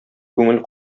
күңел